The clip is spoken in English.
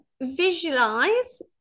visualize